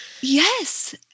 Yes